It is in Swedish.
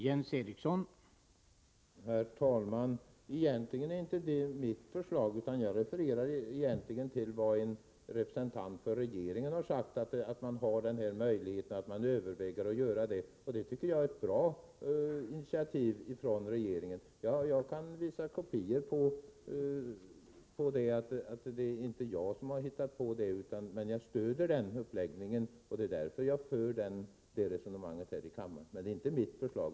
Herr talman! Egentligen är det inte mitt förslag. Jag refererade till vad en representant för regeringen sagt — vad man möjligen överväger att göra. Jag tycker det är ett bra initiativ från regeringen. Jag kan visa kopior på att det inte är jag som hittat på detta, men jag stöder uppläggningen, och det är därför jag för det resonemanget här i kammaren. Men det är inte mitt förslag.